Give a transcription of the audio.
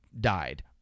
died